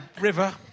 river